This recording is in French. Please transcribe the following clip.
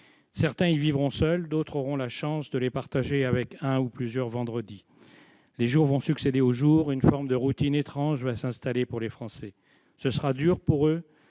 Certains y vivront seuls, d'autres auront la chance de les partager avec un ou plusieurs Vendredi. À mesure que les jours succéderont aux jours, une forme de routine étrange va s'installer pour les Français. Ce sera dur pour eux,